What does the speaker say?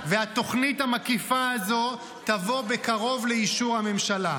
והתוכנית המקיפה הזאת תבוא בקרוב לאישור הממשלה.